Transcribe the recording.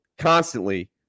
constantly